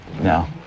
No